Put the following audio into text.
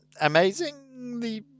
amazingly